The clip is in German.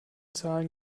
zahlen